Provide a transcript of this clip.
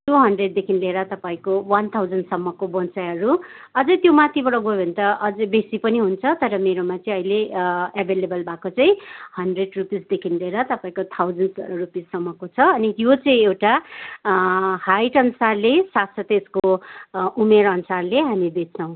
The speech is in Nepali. टू हन्ड्रेडदेखि लिएर तपाईँको वान थाउजन्डसम्मको बोनसाईहरू अझै त्यो माथिबाट गयो भने त अझै बेसी पनि हुन्छ तर मेरोमा चाहिँ अहिले एभाइलेबल भएको चाहिँ हन्ड्रेड रुपिसदेखि लिएर तपाईँको थाउजन्ड रुपिससम्मको छ अनि यो चाहिँ एउटा हाइट अनुसारले साथसाथै यसको उमेर अनुसारले हामी बेच्छौँ